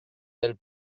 del